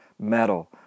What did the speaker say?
metal